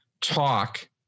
talk